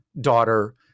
daughter